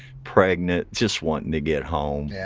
pregnant, just wanting to get home,